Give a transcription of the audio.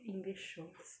english shows